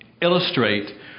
illustrate